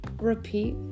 repeat